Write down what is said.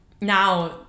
Now